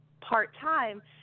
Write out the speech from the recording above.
part-time